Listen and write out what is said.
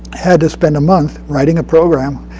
had to spend a month writing a program